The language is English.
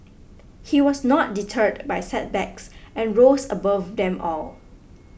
he was not deterred by setbacks and rose above them all